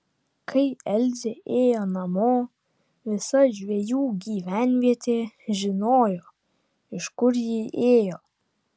kai elzė ėjo namo visa žvejų gyvenvietė žinojo iš kur ji ėjo